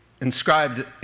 inscribed